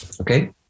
Okay